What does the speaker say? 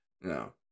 No